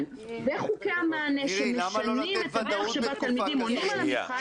וחוקי המענה שמשנים את הדרך שבה התלמידים עונים על המבחן,